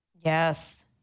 Yes